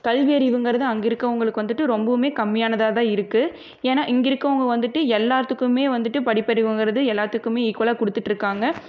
கல்வி அறிவுங்கறது அங்கே இருக்கவங்களுக்கு வந்துட்டு ரொம்பவுமே காம்மியானதாதான் இருக்குது ஏன்னா இங்கே இருக்கவங்கள் வந்துட்டு எல்லாத்துக்குமே வந்துட்டு படிப்பு அறிவுங்கறது எல்லாத்துக்குமே ஈக்குவலாக கொடுத்துட்டு இருக்காங்கள்